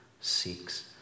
seeks